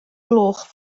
gloch